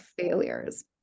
failures